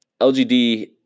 LGD